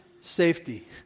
safety